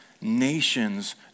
nations